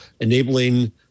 enabling